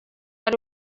ari